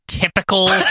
Typical